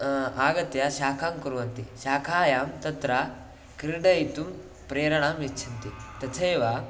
आगत्य शाखां कुर्वन्ति शाखायां तत्र क्रीडयितुं प्रेरणाम् यच्छन्ति तथैव